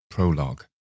Prologue